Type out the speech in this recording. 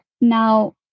Now